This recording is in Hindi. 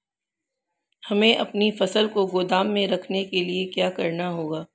हमें अपनी फसल को गोदाम में रखने के लिये क्या करना होगा?